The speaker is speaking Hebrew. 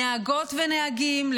נהגות ונהגים,